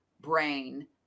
brain